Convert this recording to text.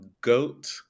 goat